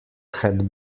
had